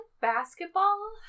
basketball